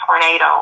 tornado